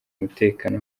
umutekano